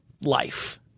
life